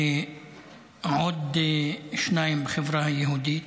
ועוד שניים בחברה היהודית.